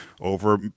over